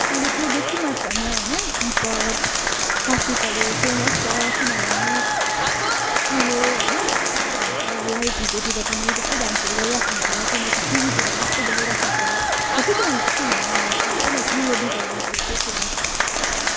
अहिले चाहिँ बेसी मात्रामा होइन हिपअप यस क्लासिकलहरू फेमस छ किनभने अहिले होइन के भन्छ लाइभ भिडियोतिर पनि त्यस्तो डान्सहरू गरिरहेको हुन्छ किनकि टिभीतिर पनि त्यस्तो देखाइरहेको हुन्छ सबैजनाले त्यस्तै हेर्नु मनलाग्छ त्यही लागि यो दुईवटा डान्सहरू चाहिँ फेमस छ